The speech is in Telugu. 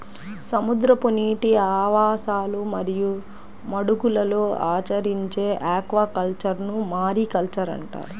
సముద్రపు నీటి ఆవాసాలు మరియు మడుగులలో ఆచరించే ఆక్వాకల్చర్ను మారికల్చర్ అంటారు